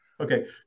Okay